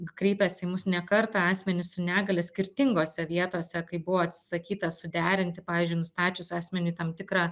kreipėsi į mus ne kartą asmenys su negalia skirtingose vietose kai buvo atsisakyta suderinti pavyzdžiui nustačius asmeniui tam tikrą